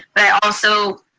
but also,